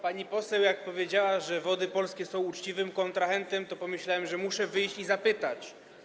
Pani poseł powiedziała, że Wody Polskie są uczciwym kontrahentem, więc pomyślałem, że muszę wyjść i zapytać.